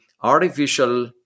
artificial